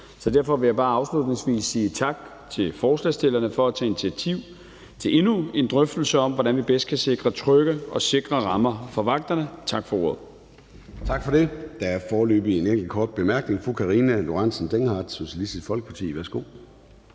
Derfor vil jeg bare afslutningsvis sige tak til forslagsstillerne for at tage initiativ til endnu en drøftelse om, hvordan vi bedst kan sikre trygge og sikre rammer for vagterne. Tak for ordet. Kl. 18:12 Formanden (Søren Gade): Tak for det. Der er foreløbig en enkelt kort bemærkning. Fru Karina Lorentzen Dehnhardt, Socialistisk Folkeparti. Værsgo.